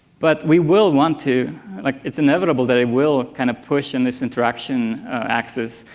but we will want to like it's inevitable that it will kind of push in this interaction axis,